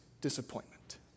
disappointment